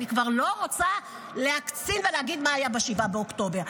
אני כבר לא רוצה להקצין ולהגיד מה היה ב-7 באוקטובר.